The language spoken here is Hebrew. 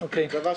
500 עובדים,